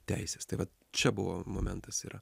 teisės tai vat čia buvo momentas yra